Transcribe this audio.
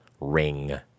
Ring